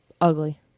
ugly